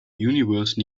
universe